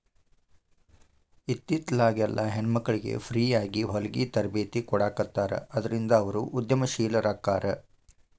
ಇತ್ತಿತ್ಲಾಗೆಲ್ಲಾ ಹೆಣ್ಮಕ್ಳಿಗೆ ಫ್ರೇಯಾಗಿ ಹೊಲ್ಗಿ ತರ್ಬೇತಿ ಕೊಡಾಖತ್ತಾರ ಅದ್ರಿಂದ ಅವ್ರು ಉದಂಶೇಲರಾಕ್ಕಾರ